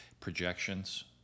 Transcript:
projections